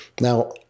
Now